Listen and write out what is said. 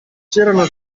c’erano